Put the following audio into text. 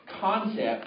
concept